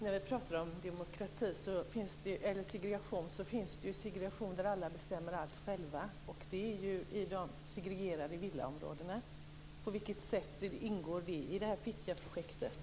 Fru talman! När vi pratar om segregation, finns det ju segregation där alla bestämmer allt själva. Det är i de segregerade villaområdena. På vilket sätt ingår det i Fittjaprojektet?